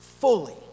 fully